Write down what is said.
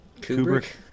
Kubrick